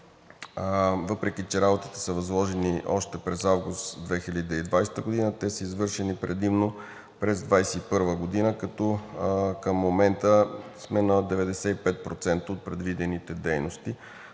Въпреки че работите са възложени още през август 2020 г., те са извършени предимно през 2021 г., като към момента сме на 95% от предвидените дейности.